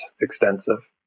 extensive